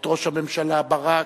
את ראש הממשלה ברק,